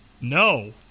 No